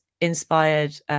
inspired